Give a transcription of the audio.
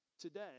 today